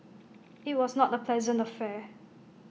IT was not A pleasant affair